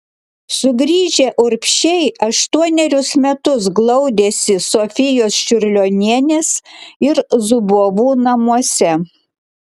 sugrįžę urbšiai aštuonerius metus glaudėsi sofijos čiurlionienės ir zubovų namuose